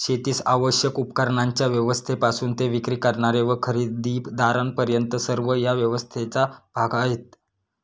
शेतीस आवश्यक उपकरणांच्या व्यवस्थेपासून ते विक्री करणारे व खरेदीदारांपर्यंत सर्व या व्यवस्थेचा भाग आहेत